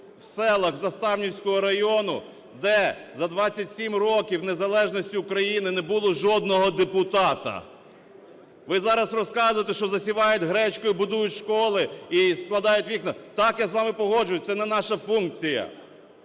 в селах Заставнівського району, де за 27 років незалежності України не було жодного депутата! Ви зараз розказуєте, що засівають гречкою і будують школи, і складають вікна. Так, я з вами погоджуюсь, це не наша функція.